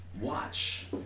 watch